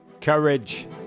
Courage